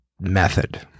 method